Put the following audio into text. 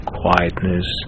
quietness